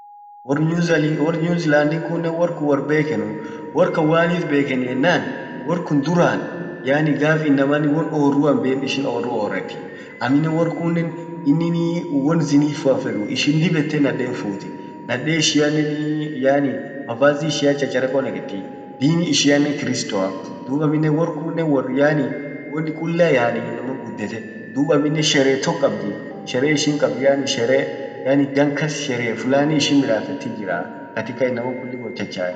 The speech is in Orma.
Wor wor New Zealand in kunnen wor bekenuu. Wor kan manif bekeni ennan, wor kun duran yaani gaf inaman, won orrua himben ishin orru orreti. Amminen wor kunnen inin won zinifua hinfeduu, ishin dib ete naden futii .naden ishiannen yaani mavazi ishian cchachareko neketi. dini ishiaanen kristoa, dub amminen wor kunnen wor yaani won kulla yaani inaman kun guddete. dub amminen sherehe tok kabdi sherehe ishin kabd yaani sherehe, yaani gan kas sherehe fulani ishin midaffetit jiraa, katika inaman kullin wot chachae.